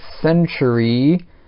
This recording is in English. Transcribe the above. century